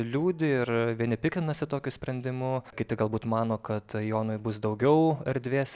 liūdi ir vieni piktinasi tokiu sprendimu kiti galbūt mano kad jonui bus daugiau erdvės